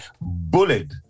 bullied